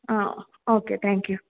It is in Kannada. ಹಾಂ ಓಕೆ ತ್ಯಾಂಕ್ ಯು